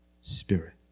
spirit